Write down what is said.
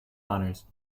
honors